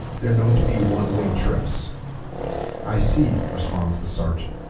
they're known to be one-way trips i see response the sergeant